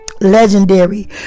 legendary